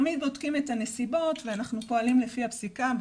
תמיד בודקים את הנסיבות ואנחנו פועלים לפי הפסיקה,